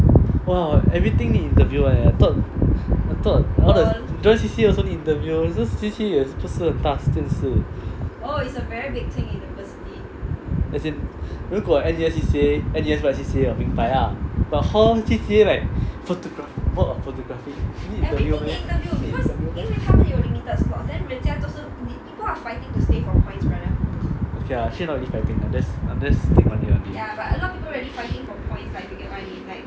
!wah! everything need interview [one] eh I thought I thought all the join C_C_A also need interview C_C_A 也不是很大件事 as in 如果 N_U_S C_C_A 我明白啦 but hall C_C_A like photography need interview meh need interview meh okay lah actually I not really fighting I'm just I'm just staying one year only